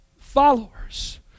followers